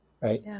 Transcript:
right